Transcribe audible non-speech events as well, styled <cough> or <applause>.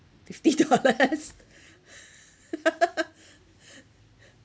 fifty <laughs> dollars <laughs>